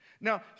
Now